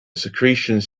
secretions